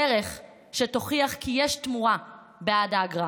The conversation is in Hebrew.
דרך שתוכיח כי "יש תמורה בעד האגרה".